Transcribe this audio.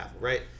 right